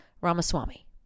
Ramaswamy